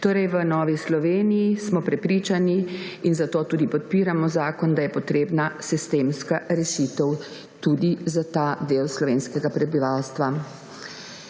PKP. V Novi Sloveniji smo prepričani, in zato tudi podpiramo zakon, da je potrebna sistemska rešitev tudi za ta del slovenskega prebivalstva.